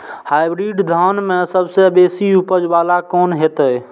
Hybrid धान में सबसे बेसी उपज बाला कोन हेते?